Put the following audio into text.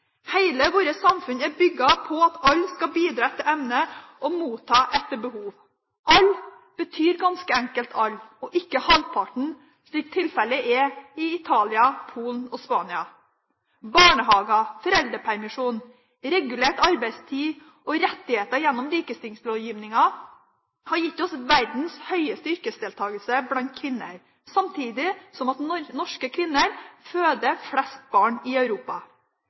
vårt samfunn er bygget på at alle skal bidra etter evne og motta etter behov. «Alle» betyr ganske enkelt alle, og ikke halvparten, slik tilfellet er i Italia, Polen og Spania. Barnehager, foreldrepermisjon, regulert arbeidstid og rettigheter gjennom likestillingslovgivningen har gitt oss verdens høyeste yrkesdeltakelse blant kvinner, samtidig som norske kvinner føder flest barn i Europa.